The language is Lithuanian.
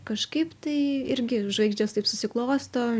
kažkaip tai irgi žvaigždės taip susiklosto